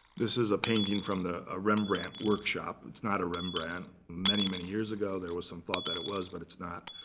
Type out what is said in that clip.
this is a painting from a rembrandt workshop. it's not a rembrandt. many, many years ago there was some thought that it was, but it's not.